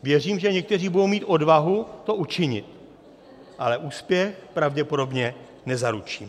Věřím, že někteří budou mít odvahu to učinit, ale úspěch pravděpodobně nezaručí.